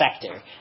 sector